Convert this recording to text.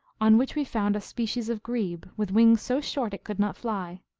on which we found a species of grebe, with wings so short it could not fly.